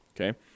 Okay